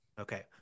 Okay